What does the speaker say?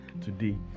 today